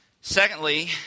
Secondly